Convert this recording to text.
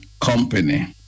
company